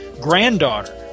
granddaughter